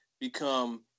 become